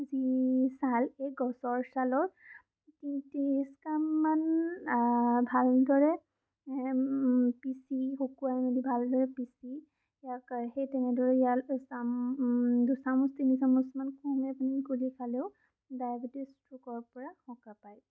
যি ছাল এই গছৰ ছালত ত্ৰিছ গ্ৰামমান ভালদৰে পিচি শুকুৱাই মেলি ভালদৰে পিচি ইয়াক সেই তেনেদৰে ইয়াৰ দুচামুচ তিনিচামুচ মান কুহুমীয়া পানীত গুলি খালেও ডায়বেটিছ ৰোগৰ পৰা সকাহ পায়